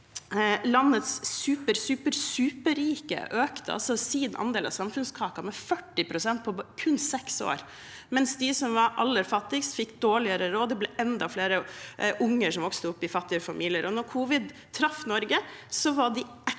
landets superrike økte sin andel av samfunnskaken med 40 pst. på kun seks år, mens de som var aller fattigst, fikk dårligere råd. Det ble enda flere unger som vokste opp i fattige familier. Da covid traff Norge, var de